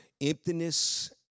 emptiness